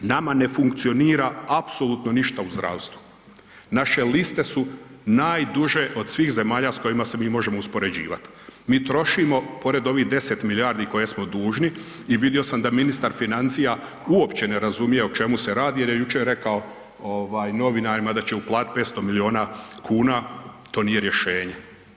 Nama ne funkcionira apsolutno ništa u zdravstvu, naše liste su najduže od svih zemalja s kojima se mi možemo uspoređivat, mi trošimo pored ovih 10 milijardi koje smo dužni, i vidio sam da ministar financija uopće ne razumije o čemu se radi jer je jučer rekao novinarima da će uplatiti 500 000 milijuna kuna, to nije rješenje.